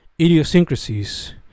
idiosyncrasies